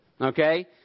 Okay